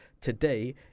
today